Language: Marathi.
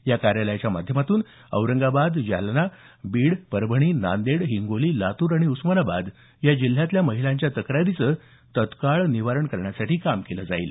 या कार्यालयाच्या माध्यमातून औरंगाबाद जालना बीड परभणी नांदेड हिंगोली लातूर आणि उस्मानाबाद या जिल्ह्यातल्या महिलांच्या तक्रारीचं तत्काळ निवारण करण्यासाठी काम केलं जाईल